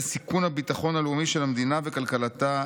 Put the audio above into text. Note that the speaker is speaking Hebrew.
סיכון הביטחון הלאומי של המדינה וכלכלתה,